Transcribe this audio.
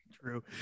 True